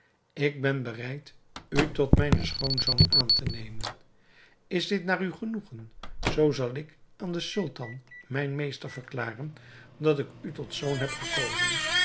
ik ben bereid u tot mijn schoonzoon aan te nemen is dit naar uw genoegen zoo zal ik aan den sultan mijn meester verklaren dat ik u tot zoon heb gekozen